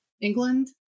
England